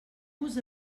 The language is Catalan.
vos